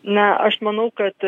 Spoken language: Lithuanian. na aš manau kad